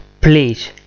please